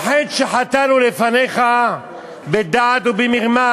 על חטא שחטאנו לפניך בדעת ובמרמה,